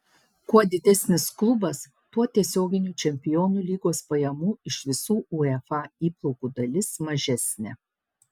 kuo didesnis klubas tuo tiesioginių čempionų lygos pajamų iš visų uefa įplaukų dalis mažesnė